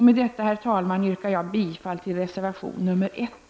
Med detta, herr talman, yrkar jag bifall till reservation nr 1.